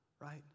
right